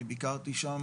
אני ביקרתי שם,